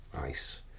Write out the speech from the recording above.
Nice